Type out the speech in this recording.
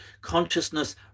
consciousness